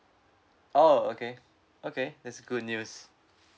oh okay okay that's good news